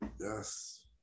Yes